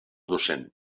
docent